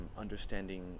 understanding